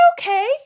okay